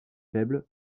faible